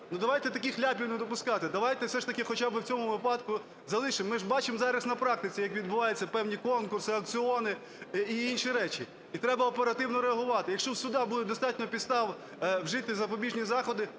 Давайте таких ляпів не допускати. Давайте все ж таки хоча би в цьому випадку залишимо, ми ж бачимо зараз на практиці як відбуваються певні конкурси, аукціони і інші речі. І треба оперативно реагувати. Якщо в суду буде достатньо підстав вжити запобіжні заходи,